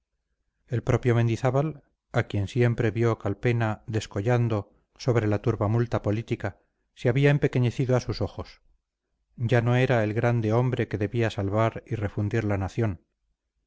el propio mendizábal a quien siempre vio calpena descollando sobre la turbamulta política se había empequeñecido a sus ojos ya no era el grande hombre que debía salvar y refundir la nación